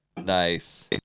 nice